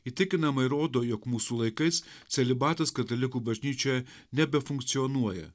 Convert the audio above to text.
įtikinamai rodo jog mūsų laikais celibatas katalikų bažnyčioje nebefunkcionuoja